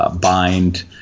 bind